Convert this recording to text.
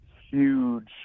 huge